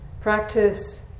practice